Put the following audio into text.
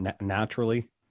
naturally